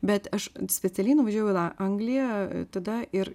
bet aš specialiai nuvažiavau į la angliją tada ir